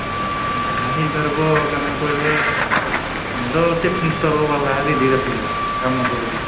ଯାହା ଯାହା ହେଇ ପାରିବ କାମ କହିଲେ ମୁଁ ତ ଟିଫନ୍ ଷ୍ଟଲ୍ ବାଲା ଦିଦି ଦେଖୁଛ କାମ କରୁଛି